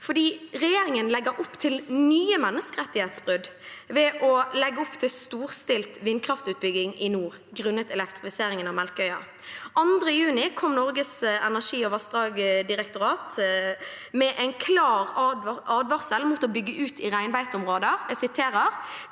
Regjeringen legger opp til nye menneskerettighetsbrudd ved å legge opp til storstilt vindkraftutbygging i nord som følge av elektrifiseringen av Melkøya. Den 2. juni kom Norges vassdrags- og energidirektorat med en klar advarsel mot å bygge ut i reinbeiteområder.